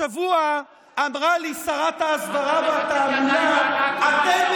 השבוע אמרה לי שרת ההסברה והתעמולה: אתם